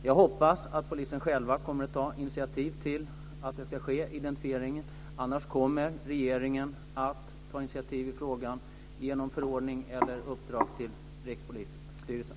Jag hoppas att polisen själv kommer att ta initiativ till att identifieringar kan ske. Annars kommer regeringen att ta initiativ i frågan genom förordning eller uppdrag till Rikspolisstyrelsen.